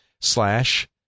slash